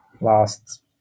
last